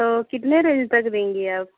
तो कितने बजे तक रहेंगी आप